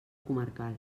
comarcal